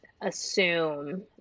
assume